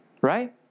Right